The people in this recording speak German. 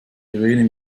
irene